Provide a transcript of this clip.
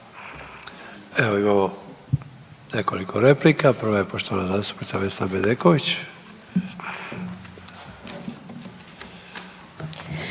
Evo imamo nekoliko replika, prva je poštovana zastupnica Vesna Bedeković.